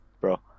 bro